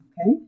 Okay